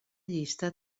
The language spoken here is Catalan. llista